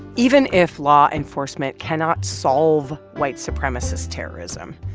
even if law enforcement cannot solve white supremacist terrorism,